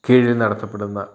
കീഴിൽ നടത്തപ്പെടുന്ന